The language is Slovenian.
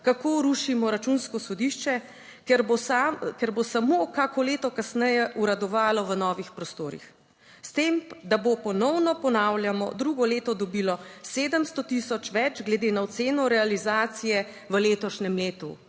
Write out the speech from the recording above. kako rušimo Računsko sodišče, ker bo samo kako leto kasneje radovalo v novih prostorih, s tem, da bo ponovno, ponavljamo, drugo leto dobilo 700000 več glede na oceno realizacije v letošnjem letu